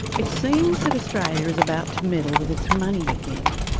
it seems that australia is about to meddle with its money again.